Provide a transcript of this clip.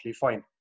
fine